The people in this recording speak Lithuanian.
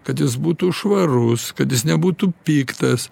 kad jis būtų švarus kad jis nebūtų piktas